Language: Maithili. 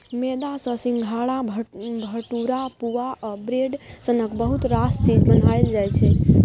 मेदा सँ सिंग्हारा, भटुरा, पुआ आ ब्रेड सनक बहुत रास चीज बनाएल जाइ छै